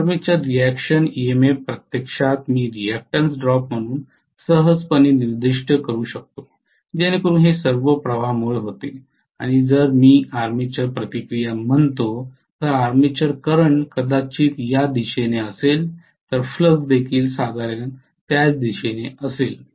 ही armature reaction EMF प्रत्यक्षात मी reactance drop म्हणून सहजपणे निर्दिष्ट करू शकतो जेणेकरून हे सर्व प्रवाहामुळे होते आणि जर मी आर्मेचर प्रतिक्रिया म्हणतो तर आर्मेचर करंट कदाचित या दिशेने असेल तर फ्लक्स देखील साधारण त्याच दिशेने असेल